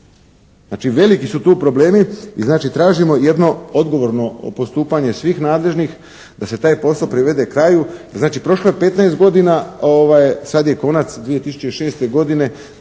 Znači veliki su tu problemi i znači tražimo jedno odgovorno postupanje svih nadležnih da se taj posao privede kraju. Znači prošlo je 15 godina, sad je konac 2006. godine,